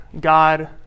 God